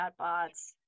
chatbots